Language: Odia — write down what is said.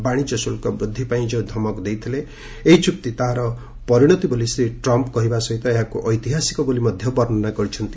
ବାଣିଜ୍ୟ ଶୁଲ୍କ ବୃଦ୍ଧି ପାଇଁ ସେ ଯେଉଁ ଧମକ ଦେଇଥିଲେ ଏହି ଚୁକ୍ତି ତାହାର ପରିଣତି ବୋଲି ଶ୍ରୀ ଟ୍ରମ୍ପ୍ କହିବା ସହିତ ଏହାକୁ ଐତିହାସିକ ବୋଲି ମଧ୍ୟ ବର୍ଷ୍ଣନା କରିଛନ୍ତି